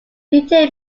peter